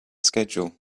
schedule